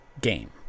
game